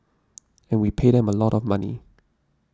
and we pay them a lot of money